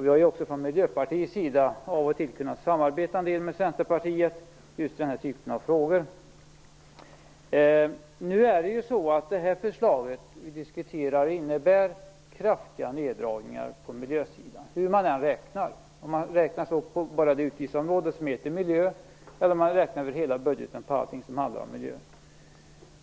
Vi har också från Miljöpartiets sida av och till kunnat samarbeta en del med Centerpartiet just i den här typen av frågor. Det förslag vi diskuterar innebär kraftiga neddragningar på miljösidan, hur man än räknar, om man så bara räknar på det utgiftsområde som heter Miljö eller om man räknar på allting över hela budgeten som handlar om miljö.